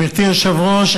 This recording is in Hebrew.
גברתי היושבת-ראש,